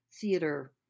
theater